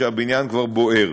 כשהבניין כבר בוער.